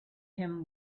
him